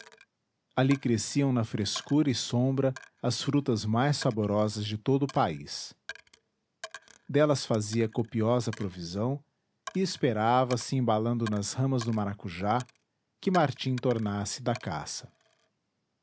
ali cresciam na frescura e sombra as frutas mais saborosas de todo o país delas fazia copiosa provisão e esperava se embalando nas ramas do maracujá que martim tornasse da caça